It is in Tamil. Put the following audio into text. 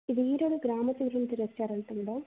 இது ஈரோடு கிராமத்து விருந்து ரெஸ்ட்டாரண்ட்டுங்களா